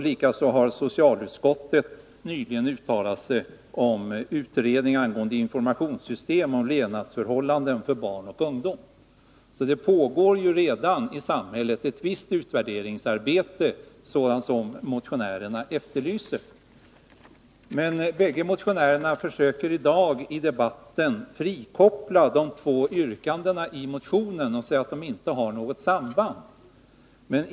Likaså har socialutskottet nyligen uttalat sig för en utredning angående ett informationssystem om levnadsförhållandena för barn och ungdom. Så det pågår redan i samhället ett visst utvärderingsarbete av det slag som motionärerna efterlyser. De bägge motionärerna försöker i dag i debatten frikoppla de två yrkandena i motionen och säga att de inte har något samband.